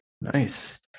Nice